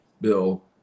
bill